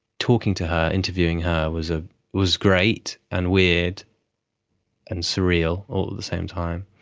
talking to her, interviewing her was ah was great, and weird and surreal all at the same time.